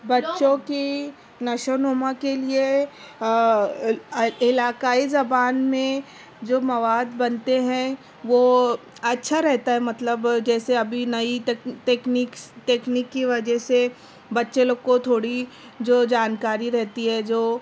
بچوں کی نشو و نما کے لیے علاقائی زبان میں جو مواد بنتے ہیں وہ اچھا رہتا ہے مطلب جیسے ابھی نئی تک تکنیکس تکنیکی وجہ سے بچے لوگ کو تھوڑی جو جانکاری رہتی ہے جو